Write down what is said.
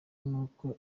n’uko